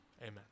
amen